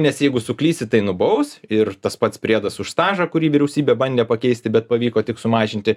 nes jeigu suklysi tai nubaus ir tas pats priedas už stažą kurį vyriausybė bandė pakeisti bet pavyko tik sumažinti